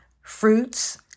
fruits